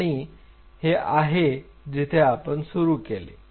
आणि हे आहे जिथे आपण सुरू केले